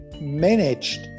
managed